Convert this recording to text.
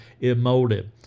emotive